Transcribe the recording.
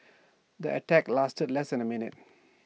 the attack lasted less than A minute